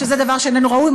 שזה דבר שאיננו ראוי,